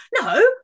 no